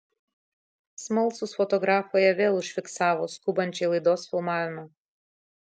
smalsūs fotografai ją vėl užfiksavo skubančią į laidos filmavimą